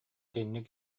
итинник